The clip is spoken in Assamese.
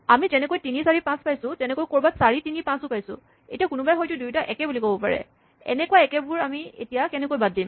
আমি যেনেকৈ ৩ ৪ ৫ পাইছোঁ তেনেকৈ ক'ৰবাত ৪ ৩ ৫ ও পাইছোঁ এতিয়া কোনোবাই হয়তো দুয়োটা একে বুলি ক'ব পাৰে এনেকুৱা একেবোৰ আমি এতিয়া কেনেকৈ বাদ দিম